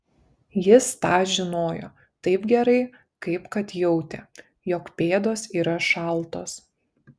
jis tą žinojo taip gerai kaip kad jautė jog pėdos yra šaltos